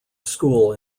school